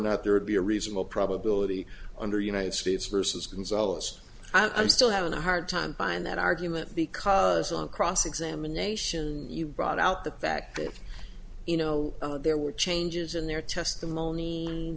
not there would be a reasonable probability under united states versus gonzales i'm still having a hard time buying that argument because on cross examination you brought out the fact that you know there were changes in their testimony